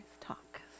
talk